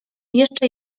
jeszcze